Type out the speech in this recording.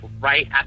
right